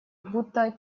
будто